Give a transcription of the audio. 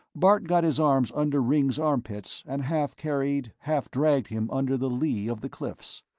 bart got his arms under ringg's armpits and half-carried, half-dragged him under the lee of the cliffs.